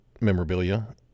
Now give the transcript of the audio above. memorabilia